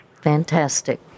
Fantastic